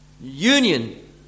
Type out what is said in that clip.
union